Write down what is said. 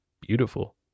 beautiful